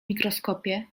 mikroskopie